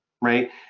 right